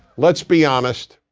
let's be honest.